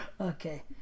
Okay